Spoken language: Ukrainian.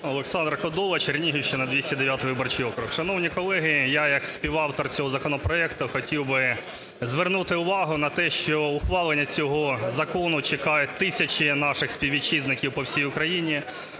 Олександр Кодола, Чернігівщина, 209-й виборчий округ. Шановні колеги, я як співавтор цього законопроекту хотів би звернути увагу на те, що ухвалення цього закону чекають тисячі наших співвітчизників по всій Україні.